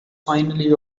finally